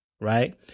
right